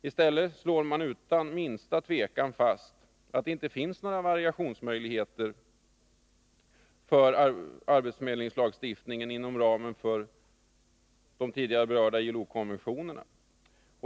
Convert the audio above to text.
I stället slår man utan minsta tvekan fast att det inte finns några variationsmöjligheter för arbetsförmedlingslagstiftningen inom ramen för de tidigare nämnda ILO konventionerna.